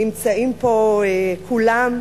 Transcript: נמצאים פה כולם,